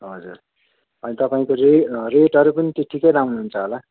हजुर अनि तपाईँको चाहिँ रेटहरू पनि ठिकठिकै लगाउनुहुन्छ होला